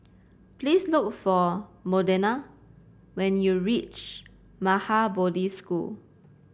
please look for Modena when you reach Maha Bodhi School